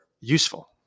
useful